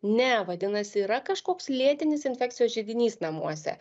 ne vadinasi yra kažkoks lėtinis infekcijos židinys namuose